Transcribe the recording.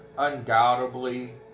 Undoubtedly